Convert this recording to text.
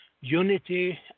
unity